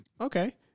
Okay